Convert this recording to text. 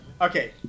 Okay